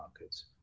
markets